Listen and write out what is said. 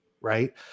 right